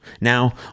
now